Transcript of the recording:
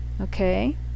Okay